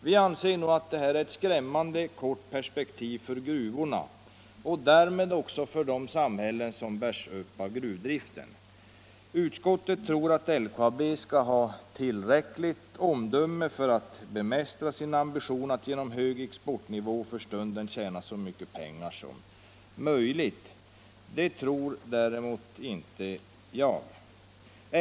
Vi anser att detta är ett skrämmande kort perspektiv för gruvorna och därmed också för de samhällen som bärs upp av gruvdriften. Utskottet tror att LKAB skall ha tillräckligt omdöme för att bemästra sin ambition att genom hög exportnivå för stunden tjäna så mycket pengar som möjligt. Det tror däremot inte jag.